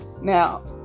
Now